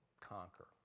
conquer